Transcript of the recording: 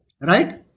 right